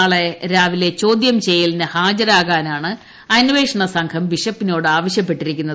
നാളെ രാവിലെ ചോദ്യം ഉച്ചുയ്യലിന് ഹാജരാകാനാണ് അന്വേഷണ സംഘം ബിഷപ്പിനോട് ആവശ്യപ്പെട്ടിരിക്കുന്നത്